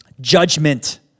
judgment